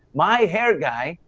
my hair guy,